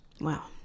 Wow